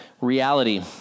reality